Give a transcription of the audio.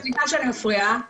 סליחה שאני מפריעה,